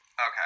Okay